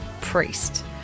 priest